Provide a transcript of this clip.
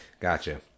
Gotcha